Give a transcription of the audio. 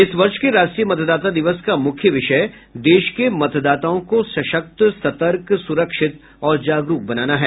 इस वर्ष के राष्ट्रीय मतदाता दिवस का मुख्य विषय देश के मतदाताओं को सशक्त सतर्क सुरक्षित और जागरूक बनाना है